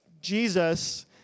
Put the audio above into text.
Jesus